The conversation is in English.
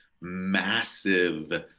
massive